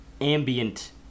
ambient